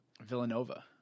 Villanova